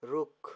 रुख